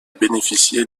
bénéficié